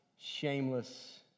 shameless